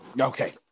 Okay